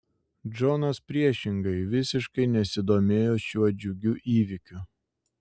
džonas priešingai visiškai nesidomėjo šiuo džiugiu įvykiu